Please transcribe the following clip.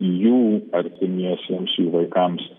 jų artimiesiems jų vaikams